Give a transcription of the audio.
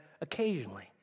occasionally